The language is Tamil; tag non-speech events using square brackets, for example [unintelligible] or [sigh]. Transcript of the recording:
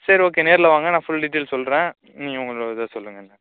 சரி ஓகே நேரில் வாங்க நான் ஃபுல் டீட்டைல் சொல்கிறேன் நீங்கள் உங்கள் இதை சொல்லுங்கள் [unintelligible]